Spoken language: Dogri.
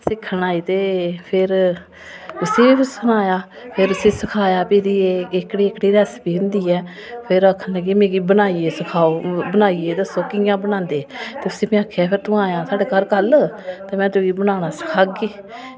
सिक्खन आए ते फिर उसी बी सनाया कि एह्कड़ी ए्ह्कड़ी रेसिपी होंदी ऐ फिर आक्खन लगी मिगी बनाइयै सखाओ बनाइयै दस्सो कियां बनांदे उसी में आक्खेआ में हां तूं आया साढ़े घर कल्ल ते फिर में तूगी बनाना सखागी